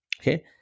okay